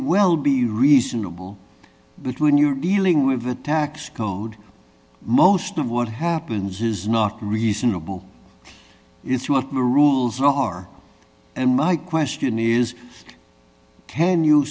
well be reasonable but when you're dealing with the tax code most of what happens is not reasonable you threw up the rules are and my question is can you